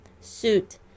Suit